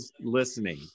listening